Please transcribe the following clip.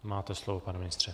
Máte slovo, pane ministře.